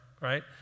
right